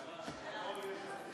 סעיפים 1 3